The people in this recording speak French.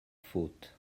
faute